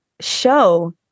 show